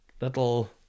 little